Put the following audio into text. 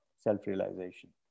self-realization